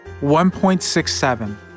1.67